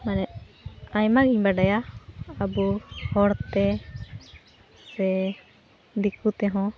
ᱢᱟᱱᱮ ᱟᱭᱢᱟᱜᱮᱧ ᱵᱟᱰᱟᱭᱟ ᱟᱵᱚ ᱦᱚᱲᱛᱮ ᱥᱮ ᱫᱤᱠᱩᱛᱮ ᱦᱚᱸ